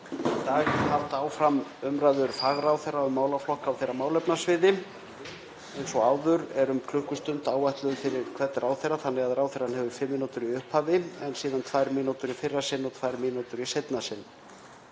Í dag halda áfram umræður fagráðherra um málaflokka á þeirra málefnasviði. Eins og áður er um klukkustund áætluð fyrir hvern ráðherra þannig að ráðherrann hefur fimm mínútur í upphafi en síðan tvær mínútur í fyrra sinn og tvær mínútur í seinna sinn.